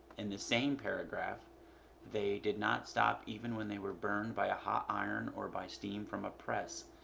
in the same paragraph they did not stop even when they were burned by a hot iron or by steam from a press.